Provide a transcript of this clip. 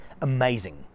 amazing